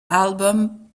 album